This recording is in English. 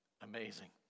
Amazing